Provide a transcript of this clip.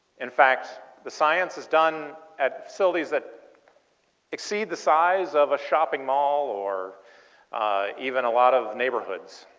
in fact the science is done at facilities that exceed the size of a shopping mall or even a lot of neighbourhoods.